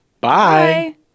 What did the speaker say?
Bye